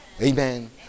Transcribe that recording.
Amen